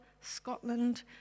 Scotland